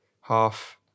half